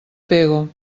pego